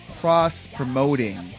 cross-promoting